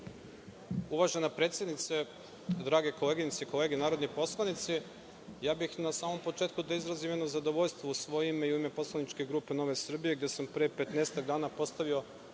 Uvažena predsednice, drage koleginice i kolege narodni poslanici, na samom početku bih izrazio zadovoljstvo u svoje ime i u ime poslaničke grupe NS, gde sam 15-ak dana postavio